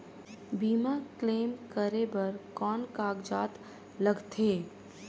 बीमा क्लेम करे बर कौन कागजात लगथे?